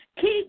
Keep